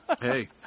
Hey